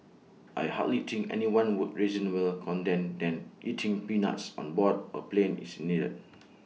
I hardly think anyone would reasonable contend than eating peanuts on board A plane is needed